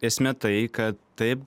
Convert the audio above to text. esmė tai kad taip